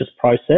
process